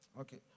Okay